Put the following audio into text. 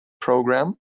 program